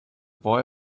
boy